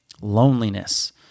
Loneliness